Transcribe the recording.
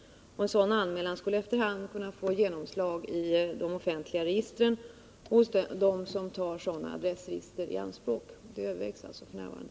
En sådan anmälan skulle efter hand kunna få genomslag i de offentliga registren och hos dem som tar sådana adressregister i anspråk. Detta är alltså f. n. under övervägande.